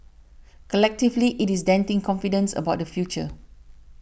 collectively it is denting confidence about the future